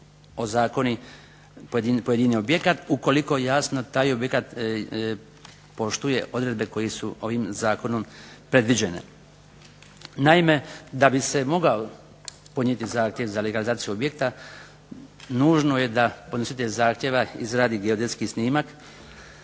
ozakoni pojedini objekat ukoliko naravno taj objekat poštuje odredbe koje su ovim zakonom predviđene. Naime, da bi se mogao podnijeti zahtjev za legalizaciju objekta nužno je da podnositelj zahtjeva izradi geodetski snimak,